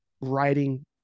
writing